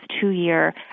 two-year